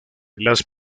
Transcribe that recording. las